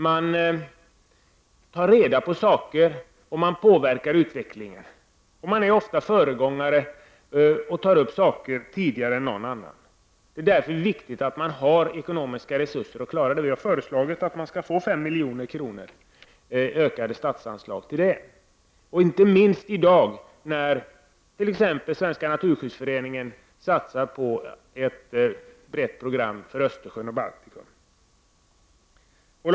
Man tar reda på saker, och man påverkar utvecklingen. Man är också ofta föregångare på olika områden och tar upp frågor tidigare än andra gör. Därför är det viktigt att det finns ekonomiska resurser, så att man kan klara dessa saker. Vi har föreslagit 5 milj.kr. i ökade statsanslag för det här ändamålet. Det är inte minst viktigt i dag med tanke på att t.ex. Svenska naturskyddsföreningen satsar på ett brett program för Östersjön och Baltikum.